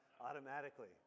automatically